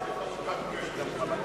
יש לי חלוקת קשב.